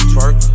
Twerk